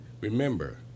Remember